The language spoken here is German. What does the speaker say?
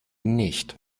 nicht